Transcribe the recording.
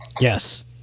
Yes